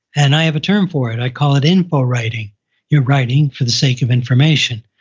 and i have a term for it. i call it info writing you're writing for the sake of information.